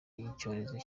icyorezo